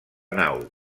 nau